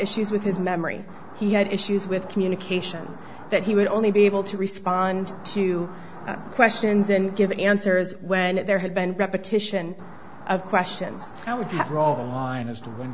issues with his memory he had issues with communication that he would only be able to respond to questions and give answers when there had been repetition of questions that would have rolled on line as to when